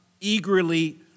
eagerly